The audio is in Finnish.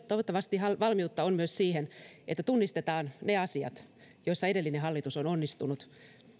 toivottavasti valmiutta on myös siihen että tunnistetaan ne asiat joissa edellinen hallitus on onnistunut